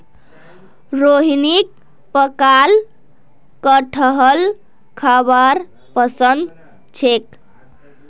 रोहिणीक पकाल कठहल खाबार पसंद छेक